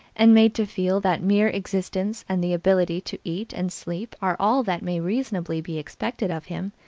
and made to feel that mere existence and the ability to eat and sleep are all that may reasonably be expected of him,